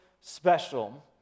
special